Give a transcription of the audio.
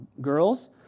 girls